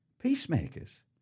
peacemakers